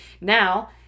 Now